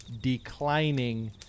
declining